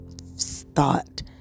thought